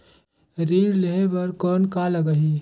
ऋण लेहे बर कौन का लगही?